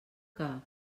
que